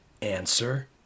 Answer